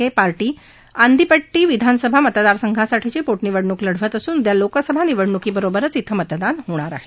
के party Andipatti विधानसभा मतदार संघासाठीची पोटनिवडणूक लढवत असून उद्या लोकसभा निवडणुकीबरोबर इथं मतदान होणार आहे